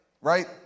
right